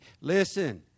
Listen